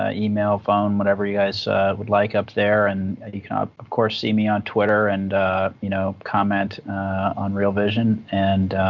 ah email, phone, whatever you guys would like up there, and you can, of course, see me on twitter and you know comment on real vision. and